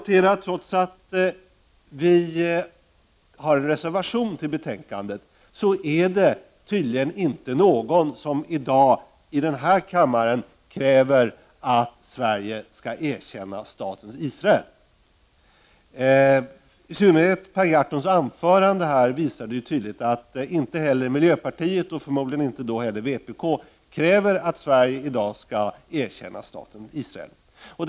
Trots att det finns en reservation till betänkandet, kan man notera att det tydligen inte är någon som i dag i den här kammaren kräver att Sverige skall erkänna staten Palestina. I synnerhet Per Gahrtons anförande visade tydligt att inte heller miljöpartiet — och förmodligen inte heller vpk — kräver att Sverige i dag skall erkänna staten Palestina.